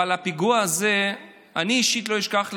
אבל את הפיגוע הזה אני אישית לא אשכח לעולם.